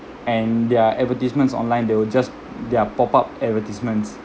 and there are advertisements online they will just there are pop up advertisements